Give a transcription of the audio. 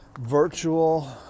virtual